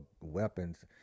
weapons